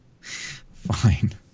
Fine